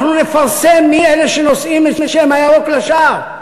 אנחנו נפרסם מי אלה שנושאים את שם הירוק לשווא,